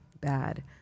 bad